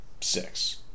six